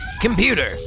computer